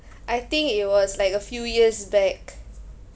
I think it was like a few years back